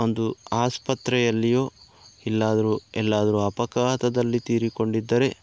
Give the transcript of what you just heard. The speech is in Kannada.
ಒಂದು ಆಸ್ಪತ್ರೆಯಲ್ಲಿಯೂ ಎಲ್ಲಾದರೂ ಎಲ್ಲಾದರೂ ಅಪಘಾತದಲ್ಲಿ ತೀರಿಕೊಂಡಿದ್ದರೆ